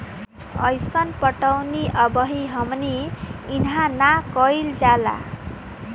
अइसन पटौनी अबही हमनी इन्हा ना कइल जाला